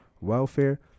Welfare